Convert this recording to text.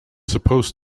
supposed